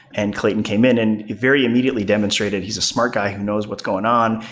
and clayton came in and he very immediately demonstrated. he's a smart guy who knows what's going on.